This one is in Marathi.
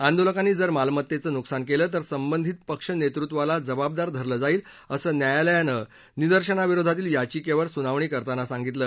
आंदोलकांनी जर मालमत्तेचं नुकसान केलं तर संबंधित पक्ष नेतृत्वाला जबाबदार धरलं जाईल असं न्यायालयानं निदर्शनाविरोधातील याविकेवर सुनावणी करताना सांगितलं